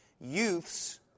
youths